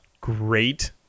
great